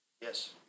Yes